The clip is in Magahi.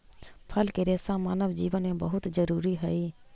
फल के रेसा मानव जीवन में बहुत जरूरी हई